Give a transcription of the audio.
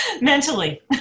mentally